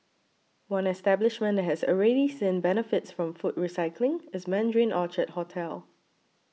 one establishment that has already seen benefits from food recycling is Mandarin Orchard hotel